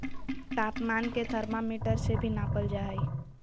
तापमान के थर्मामीटर से भी नापल जा हइ